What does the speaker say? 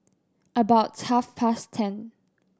about half past ten